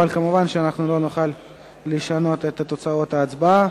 אבל מובן שלא נוכל לשנות את תוצאות ההצבעה.